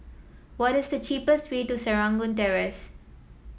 what is the cheapest way to Serangoon Terrace